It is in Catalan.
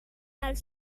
els